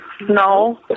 No